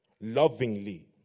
lovingly